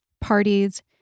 parties